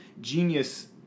genius